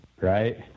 Right